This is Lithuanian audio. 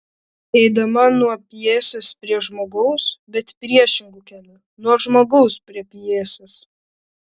einama ne nuo pjesės prie žmogaus bet priešingu keliu nuo žmogaus prie pjesės